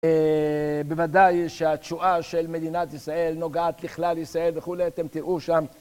בוודאי שהתשואה של מדינת ישראל נוגעת לכלל ישראל וכולי, אתם תראו שם.